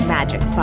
Magic